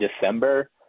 December